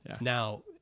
Now